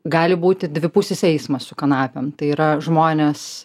gali būti dvipusis eismas su kanapėm tai yra žmonės